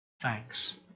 thanks